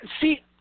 See